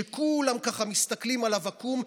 שכולם ככה מסתכלים עליו עקום,